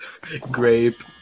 Grape